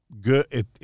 good